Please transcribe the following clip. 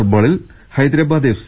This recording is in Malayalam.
ഫുട്ബോളിൽ ഹൈദരാബാദ് എഫ്